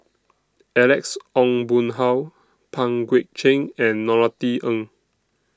Alex Ong Boon Hau Pang Guek Cheng and Norothy Ng